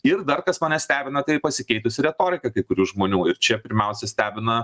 ir dar kas mane stebina tai pasikeitusi retorika kai kurių žmonių čia pirmiausia stebina